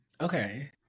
okay